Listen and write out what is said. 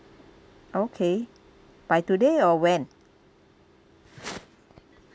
okay by today or when